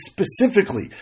specifically